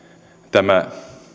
tämä